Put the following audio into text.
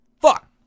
Fuck